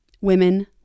Women